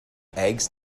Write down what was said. eggs